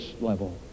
level